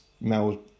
Mel